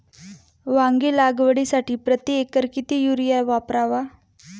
वांगी लागवडीसाठी प्रति एकर किती युरिया वापरावा?